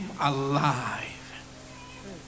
alive